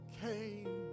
came